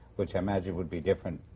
which i imagine would be different,